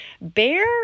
Bear